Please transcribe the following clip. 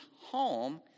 home